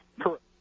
correct